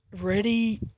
ready